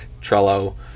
Trello